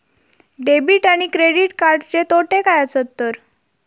Debit आणि credit कार्डचे तोटे काय आसत तर?